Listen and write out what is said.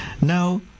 Now